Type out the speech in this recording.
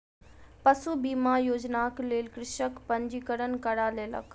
पशु बीमा योजनाक लेल कृषक पंजीकरण करा लेलक